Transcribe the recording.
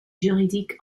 juridique